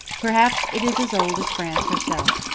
perhaps it is as old as france herself.